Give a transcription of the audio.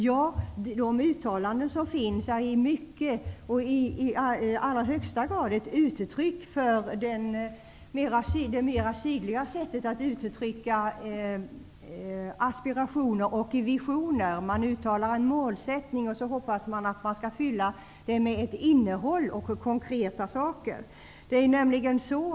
Ja, de uttalanden som finns är i allra högst grad ett uttryck för det mera sydeuropeiska sättet att formulera aspirationer och visioner. Man uttalar en målsättning och hoppas sedan att man skall fylla den med ett konkret innehåll.